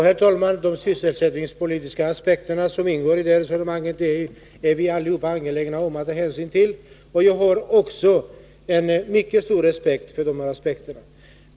Herr talman! De sysselsättningspolitiska aspekter som ingår i detta resonemang är vi alla angelägna om att ta hänsyn till. Också jag har en mycket stor respekt för de aspekterna.